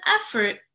effort